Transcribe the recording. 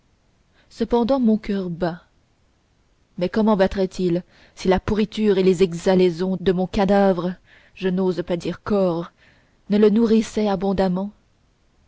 cependant mon coeur bat mais comment battrait il si la pourriture et les exhalaisons de mon cadavre je n'ose pas dire corps ne le nourrissaient abondamment